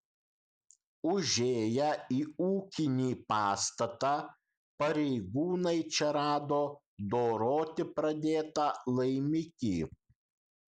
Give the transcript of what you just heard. užėję į ūkinį pastatą pareigūnai čia rado doroti pradėtą laimikį